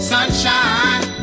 Sunshine